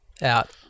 out